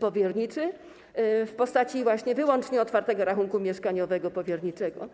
powierniczy w postaci wyłącznie otwartego mieszkaniowego rachunku powierniczego.